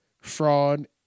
fraud